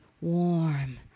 warm